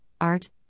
Art